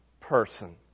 person